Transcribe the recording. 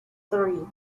three